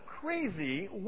crazy